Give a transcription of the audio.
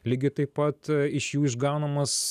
lygiai taip pat iš jų išgaunamas